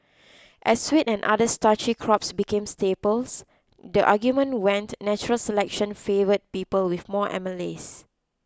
as wheat and other starchy crops became staples the argument went natural selection favoured people with more amylase